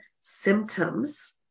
symptoms